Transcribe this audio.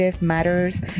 matters